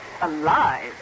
Alive